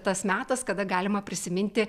tas metas kada galima prisiminti